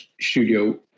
Studio